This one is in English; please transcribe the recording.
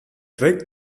trek